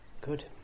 Good